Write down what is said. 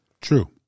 True